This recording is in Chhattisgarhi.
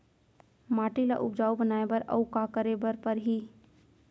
माटी ल उपजाऊ बनाए बर अऊ का करे बर परही?